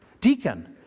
Deacon